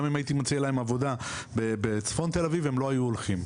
גם אם הייתי מציע להם עבודה בצפון תל אביב הם לא היו הולכים.